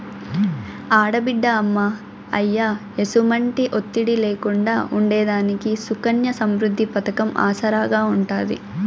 ఆడబిడ్డ అమ్మా, అయ్య ఎసుమంటి ఒత్తిడి లేకుండా ఉండేదానికి సుకన్య సమృద్ది పతకం ఆసరాగా ఉంటాది